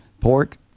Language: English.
pork